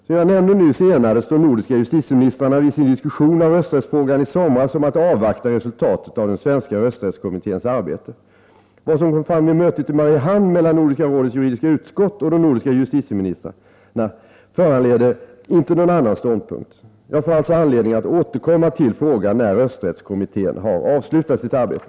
Som jag nyss nämnde enades de nordiska justitieministrarna vid sin diskussion av rösträttsfrågan i somras om att avvakta resultatet av den svenska rösträttskommitténs arbete. Vad som kom fram vid mötet i Mariehamn mellan Nordiska rådets juridiska utskott och de nordiska justitieministrarna föranleder inte någon annan ståndpunkt. Jag får alltså anledning att återkomma till frågan, när rösträttskommittén har avslutat sitt arbete.